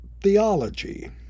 theology